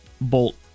Bolt